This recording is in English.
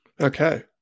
Okay